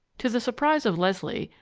to the surprise of leslie,